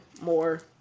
more